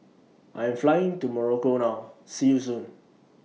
I Am Flying to Morocco now See YOU Soon